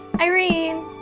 Irene